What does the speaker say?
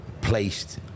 placed